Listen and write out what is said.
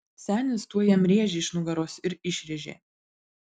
senis tuoj jam rėžį iš nugaros ir išrėžė